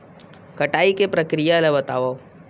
कटाई के प्रक्रिया ला बतावव?